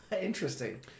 interesting